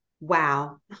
wow